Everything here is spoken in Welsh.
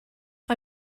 mae